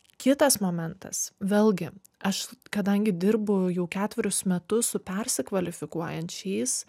kitas momentas vėlgi aš kadangi dirbu jau ketverius metus su persikvalifikuojančiais